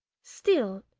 still,